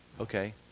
okay